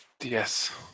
Yes